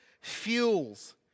fuels